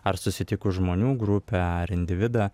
ar susitikus žmonių grupę ar individą